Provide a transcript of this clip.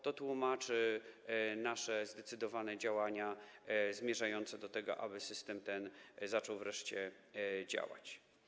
To tłumaczy nasze zdecydowane działania zmierzające do tego, aby ten system zaczął wreszcie działać.